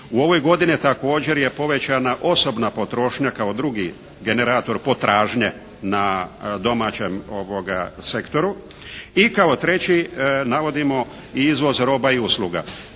U ovoj godini također je povećana osobna potrošnja kao drugi generator potražnje na domaćem sektoru i kao treći navodimo i izvoz roba i usluga